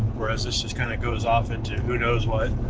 whereas this just kind of goes off into who knows what.